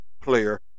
Player